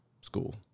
school